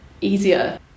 easier